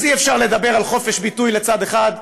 אז אי-אפשר לדבר על חופש ביטוי לצד אחד,